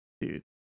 Dude